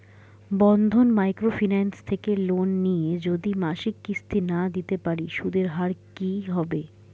বন্ধন micro finance থেকে loan নিয়ে যদি মাসিক কিস্তি না দিতে পারি সুদের হার কি হবে?